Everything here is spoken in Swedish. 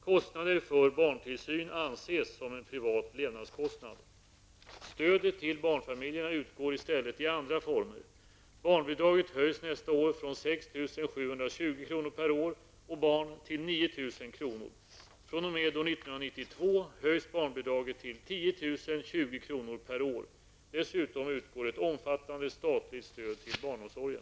Kostnader för barntillsyn anses som en privat levnadskostnad. per år och barn till 9 000 kr. fr.o.m. år 1992 höjs barnbidraget till 10 020 kr. per år. Dessutom utgår ett omfattande statligt stöd till barnomsorgen.